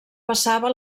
passava